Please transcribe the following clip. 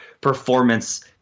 performance